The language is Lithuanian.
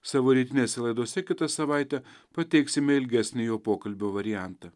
savo rytinėse laidose kitą savaitę pateiksime ilgesnį jo pokalbio variantą